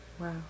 Wow